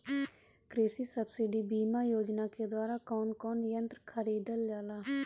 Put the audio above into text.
कृषि सब्सिडी बीमा योजना के द्वारा कौन कौन यंत्र खरीदल जाला?